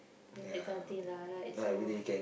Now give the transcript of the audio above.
that kind of thing lah right so